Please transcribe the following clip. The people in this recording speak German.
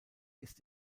ist